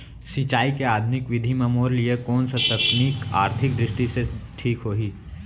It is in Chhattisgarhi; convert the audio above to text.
सिंचाई के आधुनिक विधि म मोर लिए कोन स तकनीक आर्थिक दृष्टि से ठीक होही?